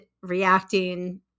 reacting